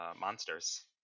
monsters